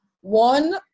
one